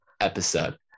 episode